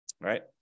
right